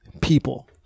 people